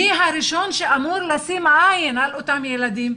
מי הראשון שאמור לשים עין על אותם ילדים?